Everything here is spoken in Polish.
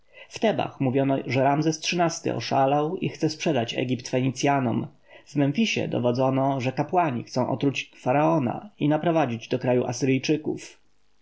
tebach mówiono że ramzes xiii-ty oszalał i chce sprzedać egipt fenicjanom w memfisie dowodzono że kapłani chcą otruć faraona i naprowadzić do kraju asyryjczyków